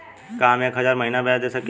का हम एक हज़ार महीना ब्याज दे सकील?